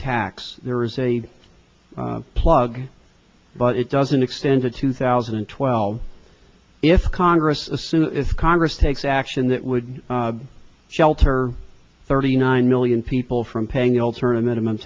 tax there is a plug but it doesn't extend to two thousand and twelve if congress as soon as congress takes action that would shelter thirty nine million people from paying you'll turn in minimum